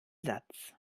satz